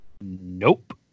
Nope